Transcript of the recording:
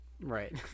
right